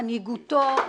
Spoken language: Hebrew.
מנהיגותו,